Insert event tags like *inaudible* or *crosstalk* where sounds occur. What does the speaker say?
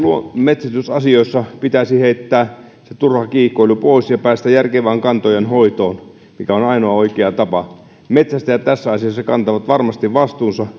metsästysasioissa pitäisi heittää turha kiihkoilu pois ja päästä järkevään kantojen hoitoon mikä on ainoa oikea tapa metsästäjät tässä asiassa kantavat varmasti vastuunsa *unintelligible*